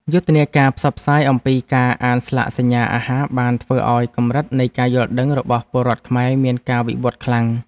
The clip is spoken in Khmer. យុទ្ធនាការផ្សព្វផ្សាយអំពីការអានស្លាកសញ្ញាអាហារបានធ្វើឱ្យកម្រិតនៃការយល់ដឹងរបស់ពលរដ្ឋខ្មែរមានការវិវត្តខ្លាំង។